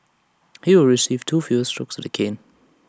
he will receive two fewer strokes of the cane